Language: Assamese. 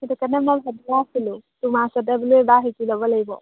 সেইটো কাৰণে মই ভাবি আছিলোঁ তোমাৰ ওচৰতে বোলো এইবাৰ শিকি ল'ব লাগিব